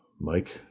mike